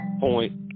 point